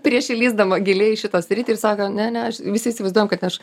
prieš įlįsdama giliai į šitą sritį ir sako ne ne aš visi įsivaizduojam kad neš